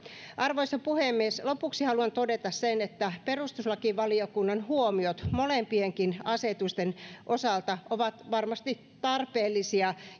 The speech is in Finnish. arvoisa puhemies lopuksi haluan todeta että perustuslakivaliokunnan huomiot molempienkin asetusten osalta ovat varmasti tarpeellisia